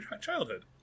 childhood